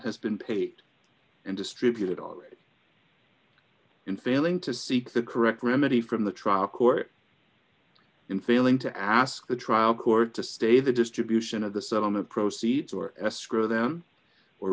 has been paid and distributed all in failing to seek the correct remedy from the trial court in failing to ask the trial court to stay the distribution of the settlement proceeds or escrow them or